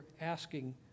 asking